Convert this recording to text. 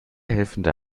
helfende